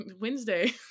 Wednesday